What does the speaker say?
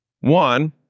one